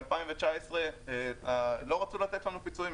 ב-2019 לא רצו לתת לנו פיצויים,